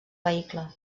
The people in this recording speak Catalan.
vehicle